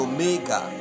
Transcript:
Omega